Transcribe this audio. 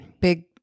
Big